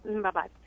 Bye-bye